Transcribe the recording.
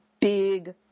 Big